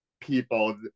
people